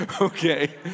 okay